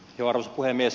arvoisa puhemies